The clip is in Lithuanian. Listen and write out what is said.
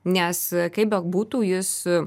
nes kaip bebūtų jis